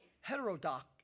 Heterodox